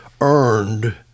earned